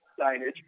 Signage